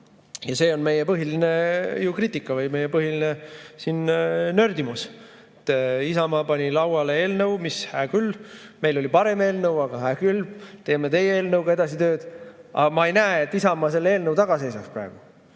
Ja see on ju meie põhiline kriitika või meie põhiline nördimus. Isamaa pani lauale eelnõu. Hää küll. Meil oli parem eelnõu, aga hää küll, teeme teie eelnõuga edasi tööd. Aga ma ei näe, et Isamaa selle eelnõu taga seisab praegu.